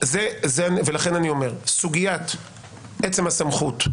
סוגיית עצם הסמכות,